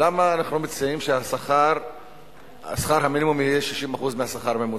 למה אנחנו מציעים ששכר המינימום יהיה 60% מהשכר הממוצע?